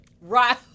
Right